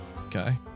Okay